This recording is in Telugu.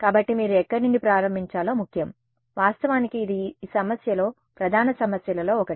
కాబట్టి మీరు ఎక్కడ నుండి ప్రారంభించాలో ముఖ్యం వాస్తవానికి ఇది ఈ సమస్యలో ప్రధాన సమస్యలలో ఒకటి